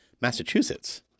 Massachusetts